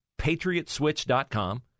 PatriotSwitch.com